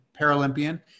Paralympian